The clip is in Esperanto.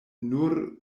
nur